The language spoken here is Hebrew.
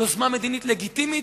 יוזמה מדינית לגיטימית,